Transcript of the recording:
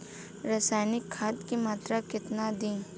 रसायनिक खाद के मात्रा केतना दी?